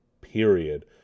period